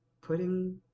putting